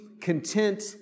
content